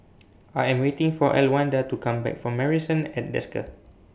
I Am waiting For Elwanda to Come Back from Marrison At Desker